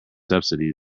subsidies